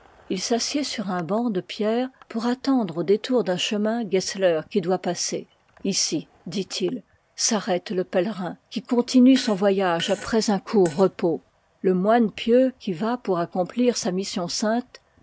il s'assied sur un banc de pierre pour attendre au détour d'un chemin gessler qui doit passer ici dit-il s'arrête le pèlerin qui continue son voyage après un court repos le moine pieux qui va pour accomplir sa mission sainte